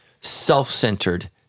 self-centered